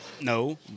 no